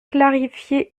clarifier